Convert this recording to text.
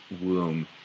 womb